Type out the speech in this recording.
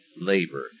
labor